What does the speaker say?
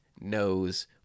knows